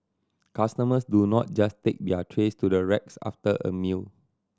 customers do not just take their trays to the racks after a meal